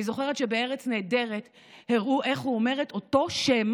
אני זוכרת שבארץ נהדרת הראו איך הוא אומר אותו שם